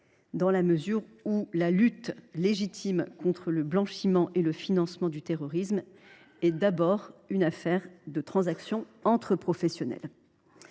particuliers, car la lutte, légitime, contre le blanchiment et le financement du terrorisme est d’abord une affaire de transactions entre professionnels.